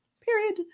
period